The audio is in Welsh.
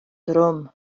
drwm